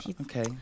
Okay